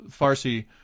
Farsi